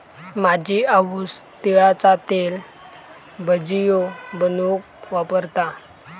माझी आऊस तिळाचा तेल भजियो बनवूक वापरता